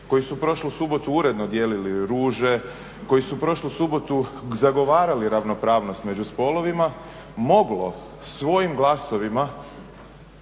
koji su prošlu subotu uredno dijelili ruže, koji su prošlu subotu zagovarali ravnopravnost među spolovima moglo svojim glasovima